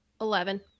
Eleven